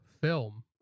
film